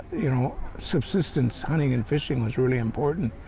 you know, subsistence, hunting and fishing was really important.